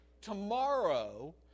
tomorrow